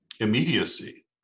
immediacy